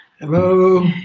Hello